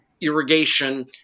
irrigation